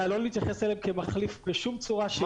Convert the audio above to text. ונא לא להתייחס אליהם כמחליף בשום צורה שהיא.